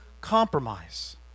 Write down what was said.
compromise